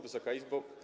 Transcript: Wysoka Izbo!